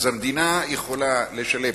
המדינה יכולה לשלם